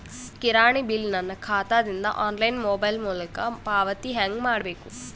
ಕಿರಾಣಿ ಬಿಲ್ ನನ್ನ ಖಾತಾ ದಿಂದ ಆನ್ಲೈನ್ ಮೊಬೈಲ್ ಮೊಲಕ ಪಾವತಿ ಹೆಂಗ್ ಮಾಡಬೇಕು?